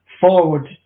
forward